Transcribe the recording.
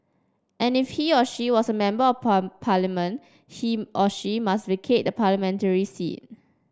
and if he or she was a member of parliament he or she must vacate the parliamentary seat